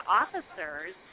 officers